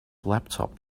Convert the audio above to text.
laptop